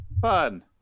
Fun